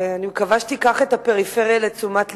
ואני מקווה שתיקח את הפריפריה לתשומת לבך,